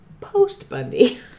post-Bundy